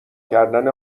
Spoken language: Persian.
کردن